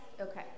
Okay